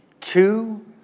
Two